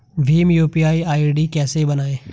Bhim UPI ID कैसे बनाएं?